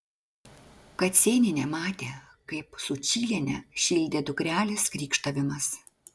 kacėnienė matė kaip sučylienę šildė dukrelės krykštavimas